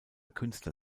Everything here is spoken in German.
künstler